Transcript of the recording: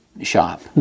shop